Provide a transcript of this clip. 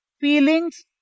feelings